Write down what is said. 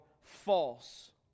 false